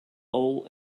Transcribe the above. owl